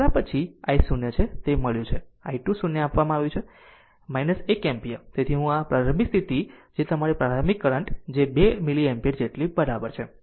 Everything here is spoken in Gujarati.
તેથી તમારી પછી i 0 છે તે મળ્યું છે અને i 2 0 આપવામાં આવ્યું છે 1 એમ્પીયર તેથી હું 1 પ્રારંભિક સ્થિતિ જે તમારી પ્રારંભિક કરંટ છે જે 2 મિલી એમ્પીયર જેટલી બરાબર છે